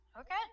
Okay